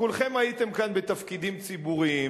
כולכם הייתם כאן בתפקידים ציבוריים.